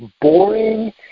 boring